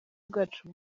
bwacu